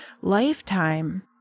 lifetime